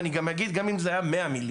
ואני גם אגיד: גם אם זה היה 100 מיליון,